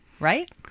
Right